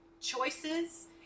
choices